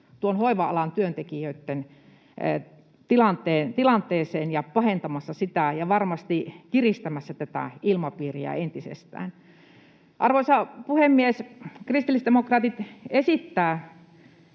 hoiva-alan työntekijöitten tilanteeseen ja pahentamassa sitä ja varmasti kiristämässä tätä ilmapiiriä entisestään. Arvoisa puhemies! Kristillisdemokraatit esittävät